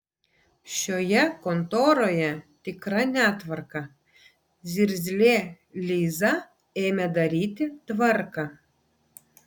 šioje kontoroje tikra netvarka zirzlė liza ėmė daryti tvarką